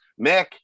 Mick